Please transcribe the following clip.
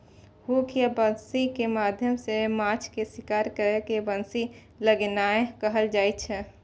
hook या बंसी के माध्यम सं माछ के शिकार करै के बंसी लगेनाय कहल जाइ छै